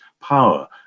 power